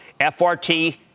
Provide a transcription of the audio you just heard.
FRT